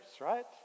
right